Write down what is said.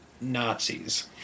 Nazis